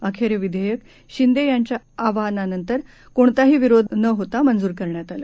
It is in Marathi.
अखेर हे विधेयक शिंदे यांच्या आवाहानानंतर कोणताही विरोध न होता मंजूर करण्यात आलं